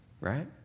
right